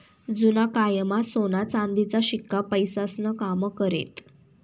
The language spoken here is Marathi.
जुना कायमा सोना चांदीचा शिक्का पैसास्नं काम करेत